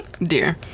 dear